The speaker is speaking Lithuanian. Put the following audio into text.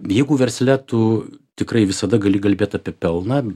jeigu versle tu tikrai visada gali kalbėt apie pelną